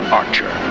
archer